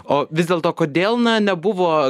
o vis dėlto kodėl na nebuvo